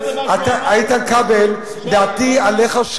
את מה שהוא אמר.